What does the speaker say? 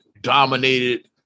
dominated